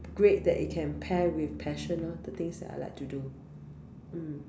great that it can pair with passion lor the things that I like to do mm